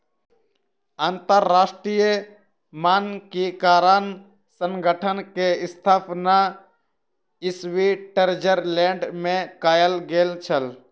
अंतरराष्ट्रीय मानकीकरण संगठन के स्थापना स्विट्ज़रलैंड में कयल गेल छल